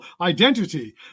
identity